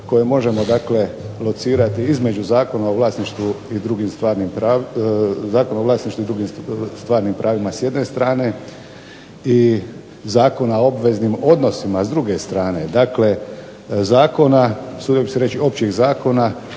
koje možemo dakle locirati između Zakona o vlasništvu i drugim stvarnim pravima s jedne strane i Zakona o obveznim odnosima s druge strane. Dakle, zakona, usudio bih se reći općih zakona